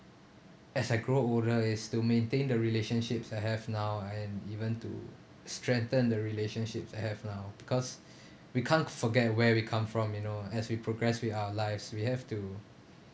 as I grow older is to maintain the relationships I have now and even to strengthen the relationships I have now because we can't forget where we come from you know as we progress with our lives we have to